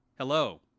Hello